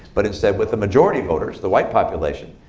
but instead with the majority voters, the white population.